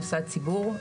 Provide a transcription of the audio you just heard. מוסד ציבור,